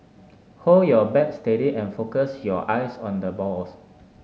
hold your bat steady and focus your eyes on the balls